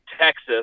Texas